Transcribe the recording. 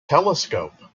telescope